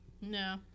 no